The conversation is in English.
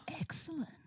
Excellent